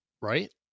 right